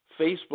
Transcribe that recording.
Facebook